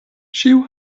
ĉiu